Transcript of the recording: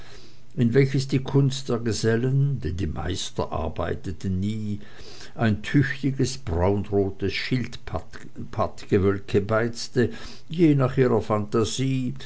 in welches die kunst der gesellen denn die meister arbeiteten nie ein tüchtiges braunrotes schildpattgewölbe beizte je nach ihrer phantasie